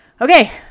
Okay